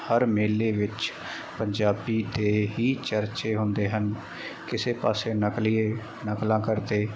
ਹਰ ਮੇਲੇ ਵਿੱਚ ਪੰਜਾਬੀ ਦੇ ਹੀ ਚਰਚੇ ਹੁੰਦੇ ਹਨ ਕਿਸੇ ਪਾਸੇ ਨਕਲੀ ਨਕਲਾਂ ਕਰਦੇ